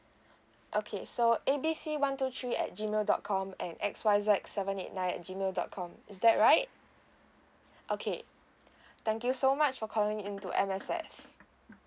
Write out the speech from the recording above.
okay so A B C one two three at G mail dot com and X Y Z seven eight nine at G mail dot com is that right okay thank you so much for calling into M_S_F